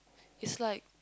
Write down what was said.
is like